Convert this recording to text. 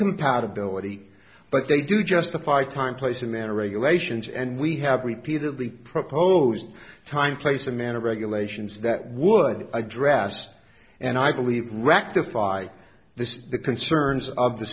compatibility but they do justify time place and manner regulations and we have repeatedly proposed time place or manner of regulations that would address and i believe rectify this the concerns of the